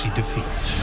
defeat